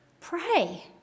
Pray